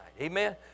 Amen